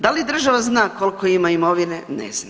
Da li država zna koliko ima imovine, ne zna.